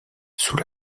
sous